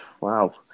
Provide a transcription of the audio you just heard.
wow